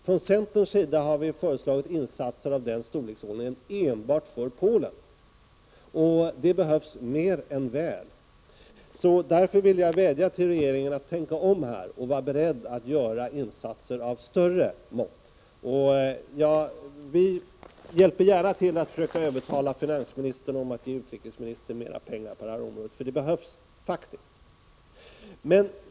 Från centerns sida har vi föreslagit insatser av den storleksordningen enbart för Polen, och det behövs mer än väl. Därför vill jag vädja till regeringen att tänka om här och vara beredd att göra insatser av större mått. Vi hjälper gärna till att försöka övertala finansministern om att ge utrikesministern mera pengar på det här området, för det behövs faktiskt.